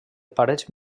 parets